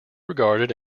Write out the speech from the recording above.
regarded